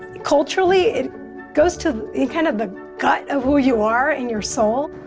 culturally, it goes to kind of the gut of who you are in your soul.